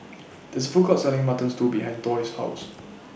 This Food Court Selling Mutton Stew behind Doyle's House